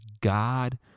God